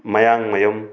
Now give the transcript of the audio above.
ꯃꯌꯥꯡꯃꯌꯨꯝ